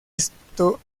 esto